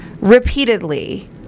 repeatedly